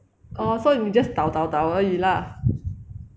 orh so you just 倒倒倒而已 lah